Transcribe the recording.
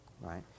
right